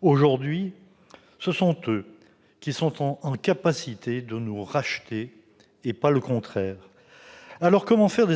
Aujourd'hui, ce sont eux qui sont en mesure de nous racheter, et pas le contraire ! Alors, comment faire